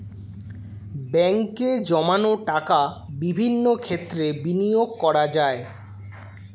ব্যাঙ্কে জমানো টাকা বিভিন্ন ক্ষেত্রে বিনিয়োগ করা যায়